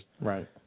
Right